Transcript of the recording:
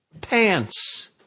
pants